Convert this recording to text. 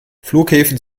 flughäfen